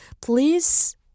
please